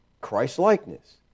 Christ-likeness